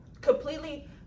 completely